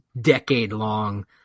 decade-long